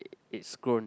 it's grown